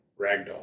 Ragdoll